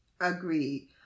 Agreed